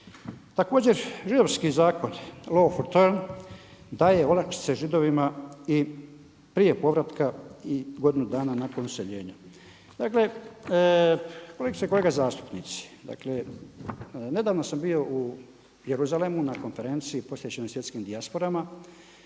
Također židovski zakon …/Govornik se ne razumije./… daje olakšice Židovima i prije povratka i godinu dana nakon useljenja. Dakle, kolegice i kolege zastupnici, dakle nedavno sam bio u Jeruzalemu na konferenciji posvećenoj svjetskim dijasporama.